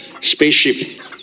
spaceship